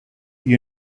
you